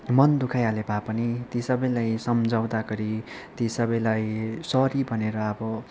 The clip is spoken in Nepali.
मन दुखाइहाले भए पनि ती सबैलाई सम्झौता गरी ती सबैलाई सरी भनेर अब